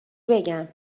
بگم